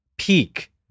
peak